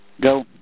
Go